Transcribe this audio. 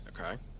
Okay